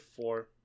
four